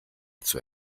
zur